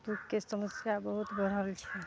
दूखके समस्या बहुत बढ़ल छै